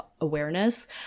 awareness